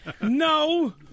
No